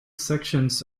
sections